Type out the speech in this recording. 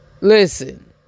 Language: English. Listen